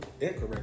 incorrect